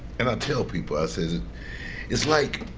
and i tell people, i says it's like